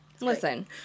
Listen